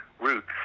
roots